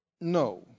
No